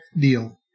deal